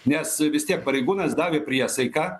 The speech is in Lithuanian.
nes vis tiek pareigūnas davė priesaiką